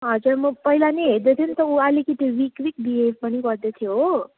हजुर म पहिला नि हेर्दै थिएँ नि त ऊ अलिकति विक विक विहेव पनि गर्दै थियो हो